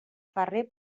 ferrer